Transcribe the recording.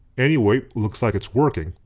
anyway, looks like it's working.